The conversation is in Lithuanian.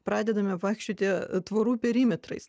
pradedame vaikščioti tvorų perimetrais